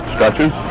Stretches